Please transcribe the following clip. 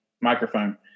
Microphone